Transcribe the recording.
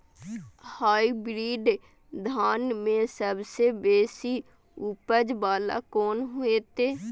Hybrid धान में सबसे बेसी उपज बाला कोन हेते?